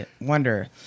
wonder